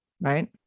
right